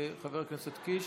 יואב קיש,